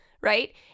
right